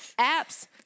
apps